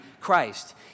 Christ